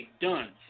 done